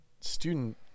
student